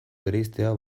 bereiztea